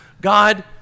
God